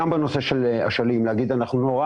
גם בנושא של אשלים להגיד "אנחנו נורא